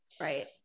Right